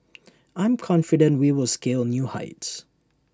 I'm confident we will scale new heights